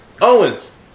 Owens